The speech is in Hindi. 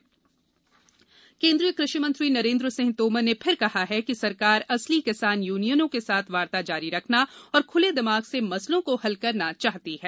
तोमर किसान यूनियन केन्द्रीय कृषि मंत्री नरेंद्र सिंह तोमर ने फिर कहा है कि सरकार असली किसान यूनियनों के साथ वार्ता जारी रखना और खुले दिमाग से मसलों को हल करना चाहती है